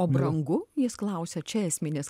o brangu jis klausia čia esminis